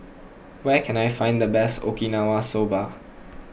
where can I find the best Okinawa Soba